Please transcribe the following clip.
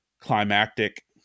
climactic